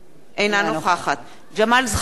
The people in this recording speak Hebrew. אינה נוכחת ג'מאל זחאלקה,